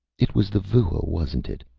it was the vua, wasn't it?